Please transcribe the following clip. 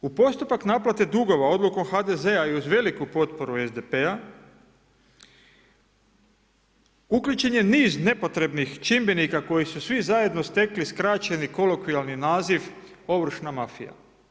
U postupak naplate dugova odlukom HDZ-a i uz veliku potporu SDP-a uključen je niz nepotrebnih čimbenika koji su svi zajedno stekli skraćeni kolokvijalni naziv ovršna mafija.